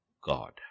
God